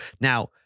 Now